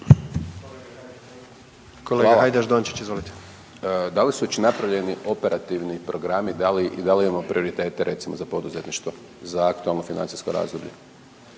**Hajdaš Dončić, Siniša (SDP)** Da li su već napravljeni operativni programi i da li imamo prioritete za poduzetništvo za aktualno financijsko razdoblje?